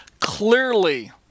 Clearly